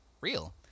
real